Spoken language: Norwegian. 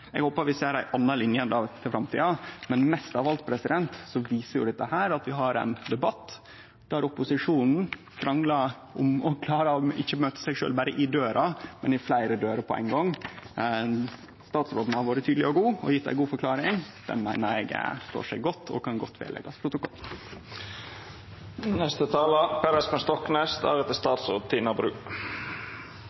Eg håper vi ser ei anna linje enn det for framtida, men mest av alt viser dette at vi har ein debatt der opposisjonen kranglar og ikkje berre klarer å møte seg sjølv i døra, men i fleire dører på ein gong. Statsråden har vore tydeleg og gitt ei god forklaring, som eg meiner står seg godt og godt kan